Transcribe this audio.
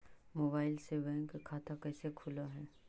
Mobile से bank खाता कैसे खुल है?